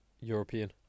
European